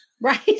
Right